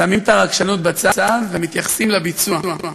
שמים את הרגשנות בצד, ומתייחסים לביצוע.